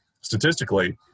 statistically